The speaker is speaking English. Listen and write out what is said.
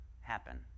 happen